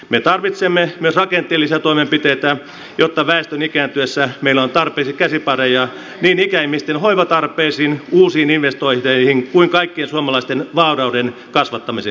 me tarvitsemme myös rakenteellisia toimenpiteitä jotta väestön ikääntyessä meillä on tarpeeksi käsipareja niin ikäihmisten hoivatarpeisiin uusiin investointeihin kuin kaikkien suomalaisten vaurauden kasvattamiseksi